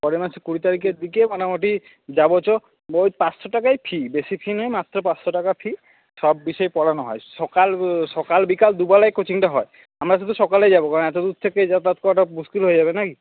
পরের মাসে কুড়ি তারিখের দিকে মোটামোটি যাবো চ ওই পাঁচশো টাকাই ফি বেশী ফি নয় মাত্র পাঁচশো টাকাই ফি সব বিষয়েই পড়ানো হয় সকাল সকাল বিকাল দুবেলাই কোচিংটা হয় আমরা শুধু সকালে যাবো কারণ এতো দূর থেকে যাতায়াত করাটা মুশকিল হয়ে যাবে না কি